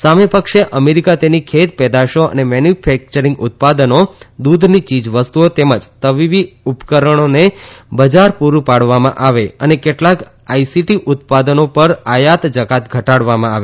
સામે પક્ષે અમેરિકા તેની ખેત પેદાસો અને મેન્યુફેક્યરીંગ ઉત્પાદનો દૂધની ચીજવસ્તુઓ તેમજ તબીબી ઉપકરણીને બજાર પૂરું પાડવામાં આવે અને કેટલાક આઈસીટી ઉત્પાદનો પર આયાત જકાત ઘટાડવામાં આવે